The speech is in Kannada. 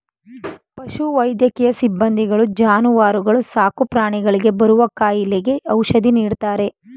ಪಶು ವೈದ್ಯಕೀಯ ಸಿಬ್ಬಂದಿಗಳು ಜಾನುವಾರುಗಳು ಸಾಕುಪ್ರಾಣಿಗಳಿಗೆ ಬರುವ ಕಾಯಿಲೆಗೆ ಔಷಧಿ ನೀಡ್ತಾರೆ